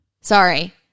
Sorry